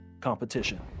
competition